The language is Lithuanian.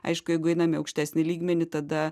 aišku jeigu einam į aukštesnį lygmenį tada